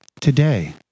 today